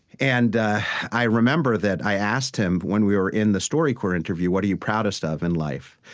and i remember that i asked him when we were in the storycorps interview, what are you proudest of in life?